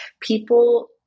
people